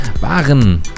waren